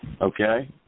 Okay